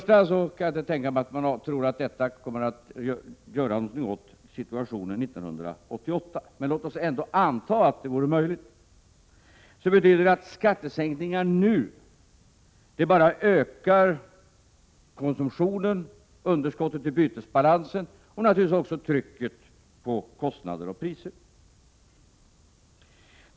Till att börja med tror jag inte att det går att göra något åt situationen 1988, men låt oss ändå anta att det vore möjligt. Det skulle betyda att skattesänkningar bidrog till att öka konsumtionen liksom att öka underskottet i bytesbalansen samt dessutom öka trycket på kostnader och priser.